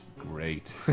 Great